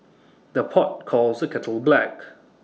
the pot calls the kettle black